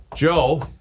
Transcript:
Joe